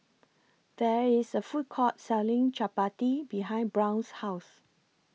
There IS A Food Court Selling Chapati behind Brown's House